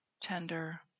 tender